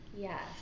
Yes